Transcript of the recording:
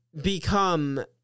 become